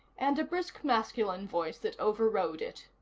and a brisk masculine voice that overrode it